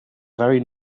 very